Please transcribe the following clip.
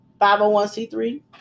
501c3